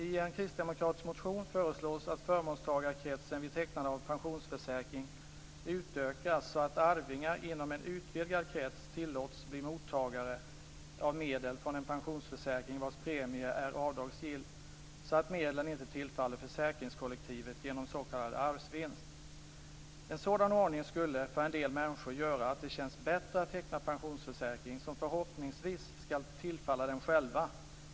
I en kristdemokratisk motion föreslås att förmånstagarkretsen vid tecknande av pensionsförsäkring utökas så att arvingar inom en utvidgad krets tillåts bli mottagare av medel från en pensionsförsäkring vars premie är avdragsgill, så att medlen inte tillfaller försäkringskollektivet genom s.k. arvsvinst. En sådan ordning skulle för en del människor göra att det känns bättre att teckna pensionsförsäkring, som förhoppningsvis skall tillfalla dem själva.